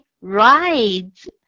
rides